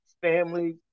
family